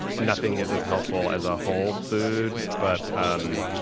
nothing is as healthful as a whole food, but um